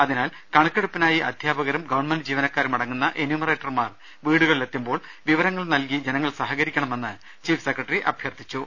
അതിനാൽ കണക്കെടുപ്പിനായി അധ്യാപകരും ഗവൺമെന്റ് ജീവനക്കാരുമടങ്ങുന്ന എന്യൂമറേറ്റർമാർ വീടുകളിലെ ത്തുമ്പോൾ വിവരങ്ങൾ നൽകി ജനങ്ങൾ സഹകരിക്കണമെന്നും ചീഫ് സെക്രട്ടറി അഭ്യർഥിച്ചു